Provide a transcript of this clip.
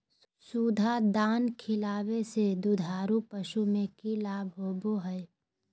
सुधा दाना खिलावे से दुधारू पशु में कि लाभ होबो हय?